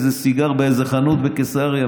על איזה סיגר באיזו חנות בקיסריה,